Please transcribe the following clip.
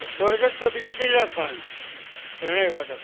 સ્વર્ગસ્થ બિસ્મિલ્લાહ ખાન શરણાઈવાદક